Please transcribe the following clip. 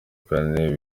kane